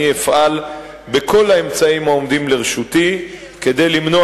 אני אפעל בכל האמצעים העומדים לרשותי כדי למנוע